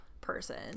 person